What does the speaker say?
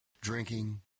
Drinking